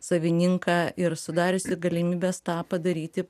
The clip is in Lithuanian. savininką ir sudariusi galimybes tą padaryti